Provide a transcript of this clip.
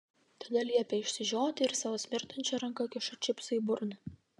tada liepia išsižioti ir savo smirdančia ranka kiša čipsą į burną